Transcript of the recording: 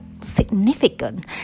significant